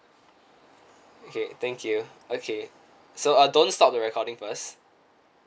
okay thank you okay so uh don't stop the recording first